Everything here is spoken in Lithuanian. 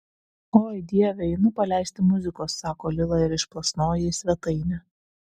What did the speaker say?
oi dieve einu paleisti muzikos sako lila ir išplasnoja į svetainę